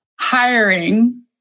hiring